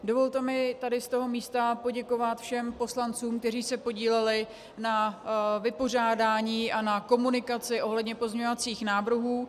Dovolte mi tady z toho místa poděkovat všem poslancům, kteří se podíleli na vypořádání a na komunikaci ohledně pozměňovacích návrhů.